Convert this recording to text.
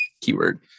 keyword